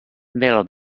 bylo